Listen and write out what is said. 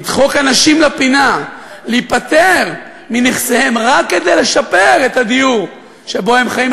דוחקים אנשים לפינה להיפטר מנכסיהם רק כדי לשפר את הדיור שבו הם חיים,